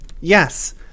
Yes